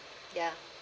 ya